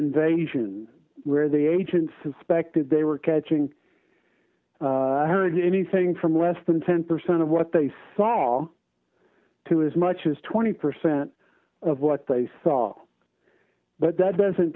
invasion where the agents suspected they were catching i heard anything from less than ten percent of what they saw to as much as twenty percent of what they saw but that doesn't